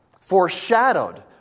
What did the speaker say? foreshadowed